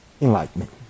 Enlightenment